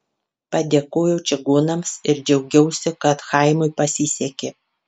padėkojau čigonams ir džiaugiausi kad chaimui pasisekė